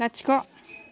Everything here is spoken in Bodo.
लाथिख'